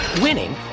winning